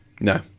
no